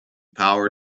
power